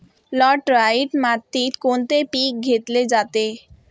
Laterite मातीत कोणते पीक घेतले जाते?